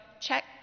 check